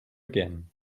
again